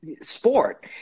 sport